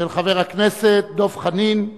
של חבר הכנסת דב חנין,